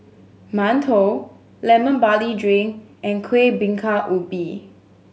mantou Lemon Barley Drink and Kueh Bingka Ubi